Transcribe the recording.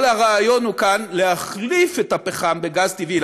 כל הרעיון הוא כאן להחליף את הפחם בגז טבעי,